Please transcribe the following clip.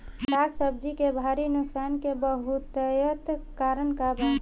साग सब्जी के भारी नुकसान के बहुतायत कारण का बा?